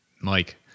Mike